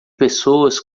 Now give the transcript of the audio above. pessoas